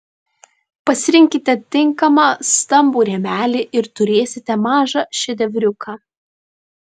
pasirinkite tinkamą stambų rėmelį ir turėsite mažą šedevriuką